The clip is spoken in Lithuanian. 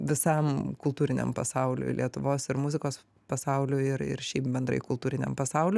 visam kultūriniam pasauliui lietuvos ir muzikos pasauliui ir ir šiaip bendrai kultūriniam pasauliui